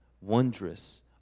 wondrous